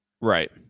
right